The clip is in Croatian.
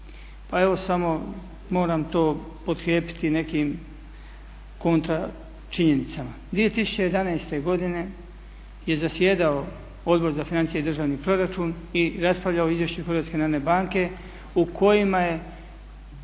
pa evo samo moram to potkrijepiti nekim kontra činjenicama. 2011. godine je zasjedao Odbor za financije i državni proračun i raspravljao o Izvješću Hrvatske narodne banke u kojima je,